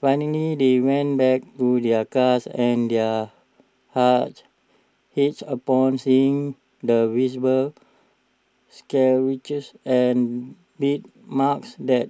finally they went back to their cars and their hearts ached upon seeing the visible scratches and bite marks that